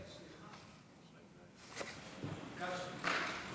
סליחה, ביקשתי.